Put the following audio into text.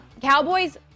Cowboys